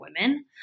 women